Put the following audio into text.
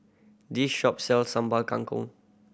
this shop sells Sambal Kangkong